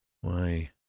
Why